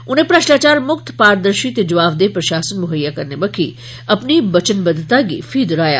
उनें भ्रष्टाचार मुक्त पारदर्शी ते जवाबदेह प्रशासन मुहेइया करने बक्खी अपनी वचबद्धता गी फ्ही दोहराया